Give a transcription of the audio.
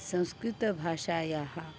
संस्कृतभाषायाः